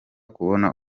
kubona